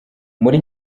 muri